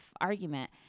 argument